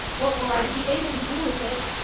what will i be able to do with it?